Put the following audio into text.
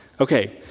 Okay